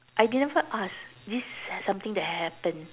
I didn't even asked this is something that had happened